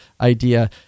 idea